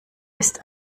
ist